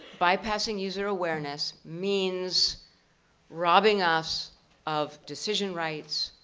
bypassing user awareness means robbing us of decision rights,